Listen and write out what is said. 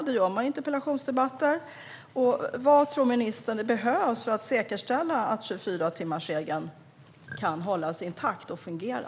Det gör man i interpellationsdebatter. Vad tror ministern det behövs för att säkerställa att 24-timmarsregeln kan hållas intakt och fungera?